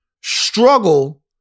struggle